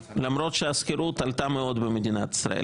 למרות שהשכירות עלתה מאוד במדינת ישראל.